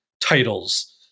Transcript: titles